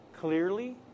clearly